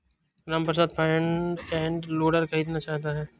Ramprasad front end loader खरीदना चाहता है